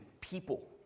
people